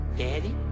Daddy